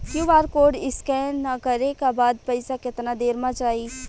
QR code scan न करे क बाद पइसा केतना देर म जाई?